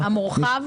גם המורחב?